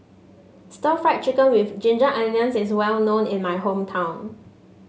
Stir Fried Chicken with Ginger Onions is well known in my hometown